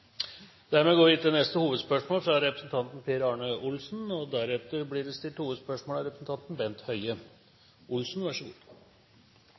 går vi til neste hovedspørsmål – fra representanten Per Arne Olsen.